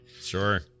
Sure